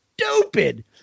stupid